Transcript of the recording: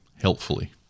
helpfully